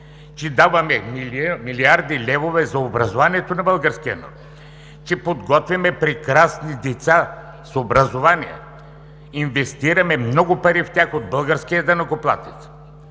че даваме милиарди левове за образованието на българския народ; че подготвяме прекрасни деца с образование, инвестираме много пари в тях от българския данъкоплатец,